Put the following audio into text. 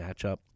matchup